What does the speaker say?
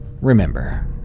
remember